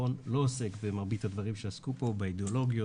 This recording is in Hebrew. המכון לא עוסק במרבית הדברים שעסקו פה באידיאולוגיות,